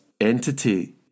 entity